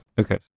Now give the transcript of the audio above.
Okay